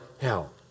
hell